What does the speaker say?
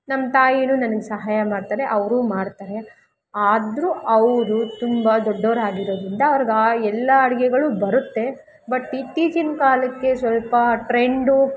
ನಮ್ಮ ತಾಯಿ ನನಗೆ ಸಹಾಯ ಮಾಡ್ತಾರೆ ಅವರು ಮಾಡ್ತಾರೆ ಆದರೂ ಅವರು ತುಂಬ ದೊಡ್ಡೊವ್ರಾಗಿರೋದರಿಂದ ಅವ್ರಿಗೆ ಆ ಎಲ್ಲಾ ಅಡಿಗೆಗಳು ಬರುತ್ತೆ ಬಟ್ ಇತ್ತೀಚಿನ ಕಾಲಕ್ಕೆ ಸ್ವಲ್ಪ ಟ್ರೆಂಡು